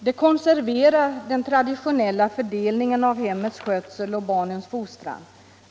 Det konserverar den traditionella fördelningen av hemmets skötsel och barnens fostran.